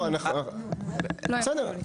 בסדר.